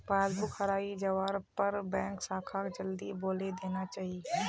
passbook हराई जवार पर बैंक शाखाक जल्दीत बोली देना चाई